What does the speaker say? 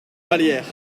vallière